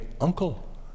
Uncle